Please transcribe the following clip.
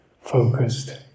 focused